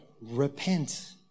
Repent